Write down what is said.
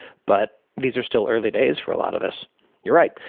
but these are still early days for a lot of this you're right.